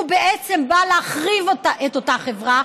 הוא בעצם בא להחריב את אותה חברה,